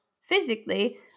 physically